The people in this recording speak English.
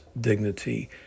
dignity